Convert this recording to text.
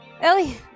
Ellie